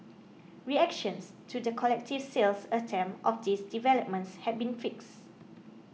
reactions to the collective sales attempt of these developments have been fixed